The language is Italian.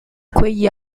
quegli